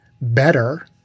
better